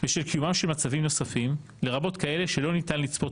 בשל קיומם של מצבים נוספים לרבות כאלה שלא ניתן לצפות